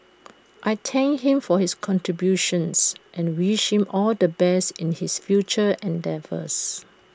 I thank him for his contributions and wish him all the best in his future endeavours